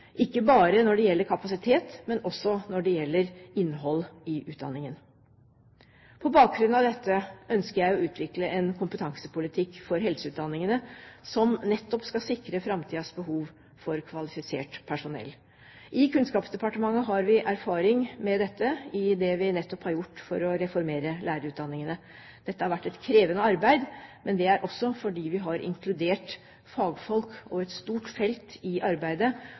ikke bare når det gjelder kapasitet, men også når det gjelder innhold i utdanningen. På bakgrunn av dette ønsker jeg å utvikle en kompetansepolitikk for helseutdanningene som nettopp skal sikre framtidens behov for kvalifisert personell. I Kunnskapsdepartementet har vi erfaring med dette i det vi nettopp har gjort for å reformere lærerutdanningene. Dette har vært et krevende arbeid, men det er også fordi vi har inkludert fagfolk og et stort felt i arbeidet.